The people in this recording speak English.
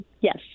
Yes